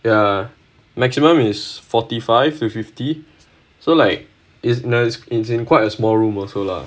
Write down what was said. ya maximum is forty five to fifty so like it's it's in quite a small room also lah